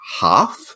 half